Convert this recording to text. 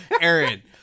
Aaron